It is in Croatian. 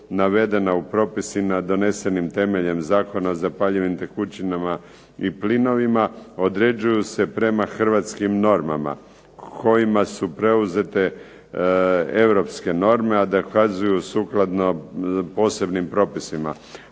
navedena u propisima donesenim temeljem Zakona o zapaljivim tekućinama i plinovima određuju se prema hrvatskim normama kojima su preuzete europske norme, a dokazuju sukladno posebnim propisima.